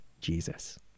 Jesus